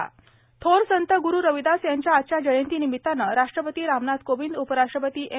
संत रविदास महाराज थोर संत ग्रू रविदास यांच्या आजच्या जयंतीनिमित्ताने राष्ट्रपती रामनाथ कोविंद उपराष्ट्रपती एम